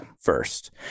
first